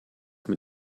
mit